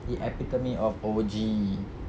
the epitome of O_G